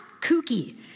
kooky